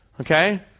Okay